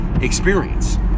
experience